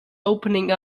opening